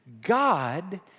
God